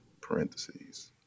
parentheses